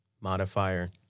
modifier